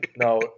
No